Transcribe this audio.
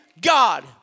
God